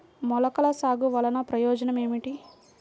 మొలకల సాగు వలన ప్రయోజనం ఏమిటీ?